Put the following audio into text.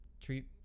Treat